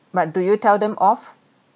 but do you tell them off